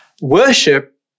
Worship